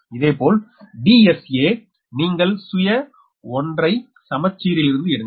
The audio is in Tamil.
இதேபோல் Dsa நீங்கள் சுய ஒன்றை சமசீரிலிருந்து எடுங்கள்